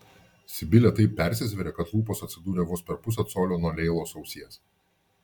sibilė taip persisvėrė kad lūpos atsidūrė vos per pusę colio nuo leilos ausies